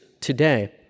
today